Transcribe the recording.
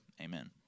Amen